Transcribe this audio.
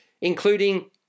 including